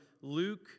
Luke